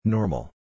Normal